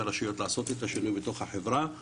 הרשויות לעשות את השינוי בתוך החברה,